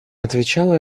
отвечала